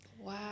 Wow